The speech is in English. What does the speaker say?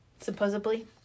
Supposedly